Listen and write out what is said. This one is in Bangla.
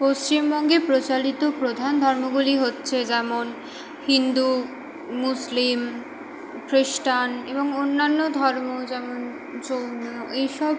পশ্চিমবঙ্গে প্রচালিত প্রধান ধর্মগুলি হচ্ছে যেমন হিন্দু মুসলিম খ্রিস্টান এবং অন্যান্য ধর্ম যেমন জৈন এই সব